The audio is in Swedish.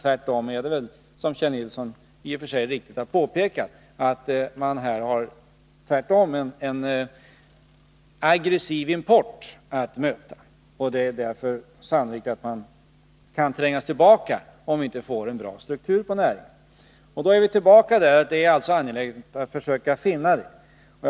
Tvärtom är det väl så, som Kjell Nilsson riktigt påpekat, att man här har en aggressiv import att möta, och det är därför sannolikt att man kan trängas tillbaka om man inte får en bra struktur på näringen. Då är vi tillbaka till att det är angeläget att försöka finna en sådan struktur.